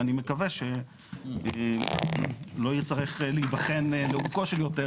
שאני מקווה שלא יצטרך להיבחן לעומקו יותר,